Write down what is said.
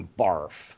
barf